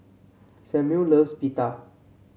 Samuel loves Pita